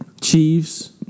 Chiefs